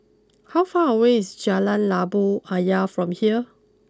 how far away is Jalan Labu Ayer from here